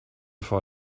vor